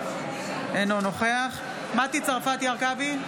אינו נוכח מטי צרפתי הרכבי,